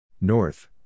North